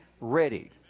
ready